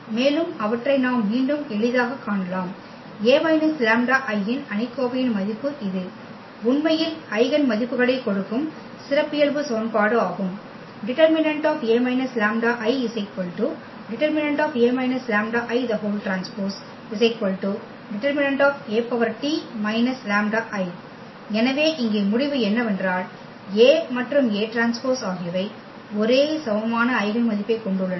மேலும் அவற்றை நாம் மீண்டும் எளிதாகக் காணலாம் ஏனெனில் A λI இன் அணிகோவையின் மதிப்பு இது உண்மையில் ஐகென் மதிப்புகளைக் கொடுக்கும் சிறப்பியல்பு சமன்பாடு ஆகும் det A − λI det A − λI T detAT − λI எனவே இங்கே முடிவு என்னவென்றால் A மற்றும் AT ஆகியவை ஒரே சமமான ஐகென் மதிப்பைக் கொண்டுள்ளன